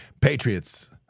Patriots